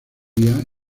día